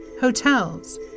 hotels